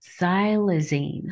Xylazine